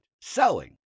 selling